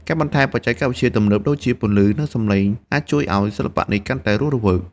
ការបន្ថែមបច្ចេកវិទ្យាទំនើបដូចជាពន្លឺ និងសំឡេង អាចជួយឱ្យសិល្បៈនេះកាន់តែរស់រវើក។